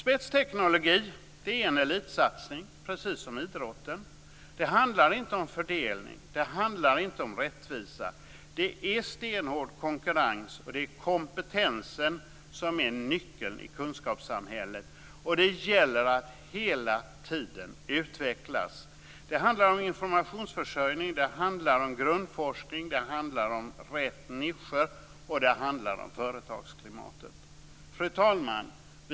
Spetsteknologi är en elitsatsning, precis som idrotten. Det handlar inte om fördelning och rättvisa. Det är stenhård konkurrens, och det är kompetensen som är nyckeln i kunskapssamhället. Det gäller att hela tiden utvecklas. Det handlar om informationsförsörjning, grundforskning, rätt nischer och företagsklimat. Fru talman!